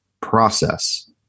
process